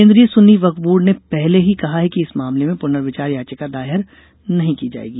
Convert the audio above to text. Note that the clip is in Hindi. केन्द्रीय सुन्नी वक्फ बोर्ड ने पहले ही कहा है कि इस मामले में पुनर्विचार याचिका दायर नहीं की जायेगी